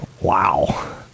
wow